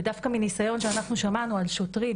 ודווקא מניסיון שאנחנו שמענו על שוטרים